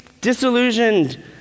disillusioned